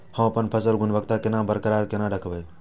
हम अपन फसल गुणवत्ता केना बरकरार केना राखब?